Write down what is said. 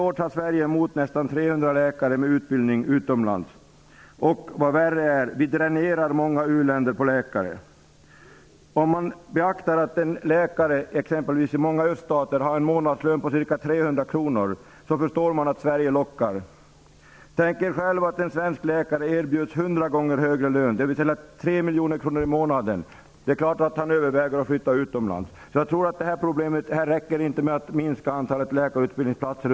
Sverige tar varje år emot nästan 300 läkare med utländsk utbildning. Vi dränerar därigenom tyvärr många u-länder på läkare. En läkare har exempelvis i många öststater en månadslön på ca 300 kr. Man kan då förstå att Sverige lockar. Man kan själv tänka sig att en svensk läkare utomlands skulle erbjudas en hundra gånger större lön än här, dvs. ungefär 3 miljoner kronor i månaden. Det är klart att den läkaren skulle överväga att flytta utomlands. Jag tror att det i detta sammanhang inte räcker med att minska antalet läkarutbildningsplatser.